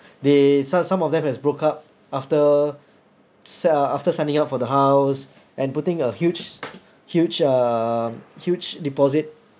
they some some of them has broke up after sa~ after signing up for the house and putting a huge huge um huge deposit